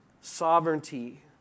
sovereignty